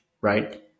right